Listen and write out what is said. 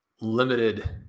limited